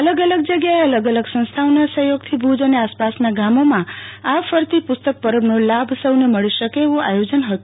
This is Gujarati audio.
અલગ અલગ જગ્યાએ અલગ અલગ સંસ્થાઓના સહયોગથી ભુજ અને આસપાસના ગામોમાં આ ફરતી પુસ્તક પરબનો લાભ સહુને મળી શકે એવું આયોજન છે